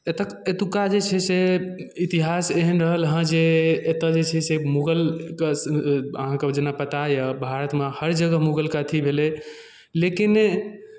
एतक एतुक्का जे छै से इतिहास एहन रहल हेँ जे एतय जे छै से मुगलके अहाँकेँ जेना पता यए भारतमे हर जगह मुगलके अथि भेलै लेकिन